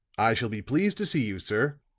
i shall be pleased to see you, sir,